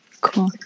cool